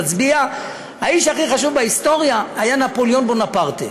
מצביע: האיש הכי חשוב בהיסטוריה היה נפוליאון בונפרטה.